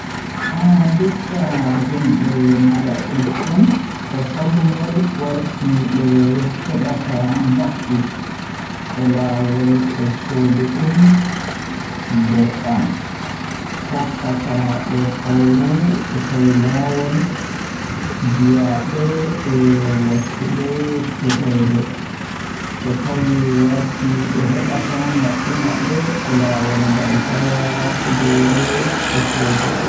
Ah ndikka himɓe maraa ɓikkon Ko sabu ngal, warti ɓe heɓata moƴƴi e laawol e soodun nder ɗam, hokkataa e fowru e tawti laawol, jeyaaɓe e waɗtude caɗeele. Ko tawa warti ɓe heɓata moƴƴi e maɓɓe e laawol ngal tawa kuutorde kafooje ɓe.